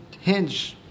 hinge